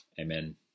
Amen